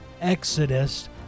Exodus